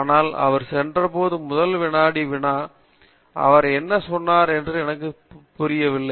ஆனால் நான் சென்றபோது முதல் வினாடி வினா அவர் என்ன சொன்னார் என்று எனக்கு புரியவில்லை